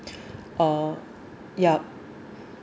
uh yup